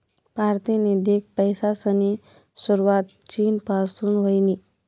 पारतिनिधिक पैसासनी सुरवात चीन पासून व्हयनी